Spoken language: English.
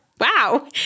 wow